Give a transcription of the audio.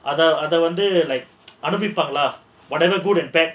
அத அத வந்து அனுபவிப்பாங்களா:adha adha vandhu anubavippaangalaa whatever good and bad